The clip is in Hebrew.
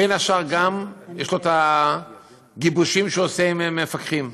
בין השאר, הוא גם עושה גיבושים עם מפקחים.